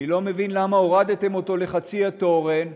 אני לא מבין למה הורדתם אותו לחצי התורן.